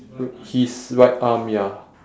his right arm ya